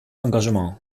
engagement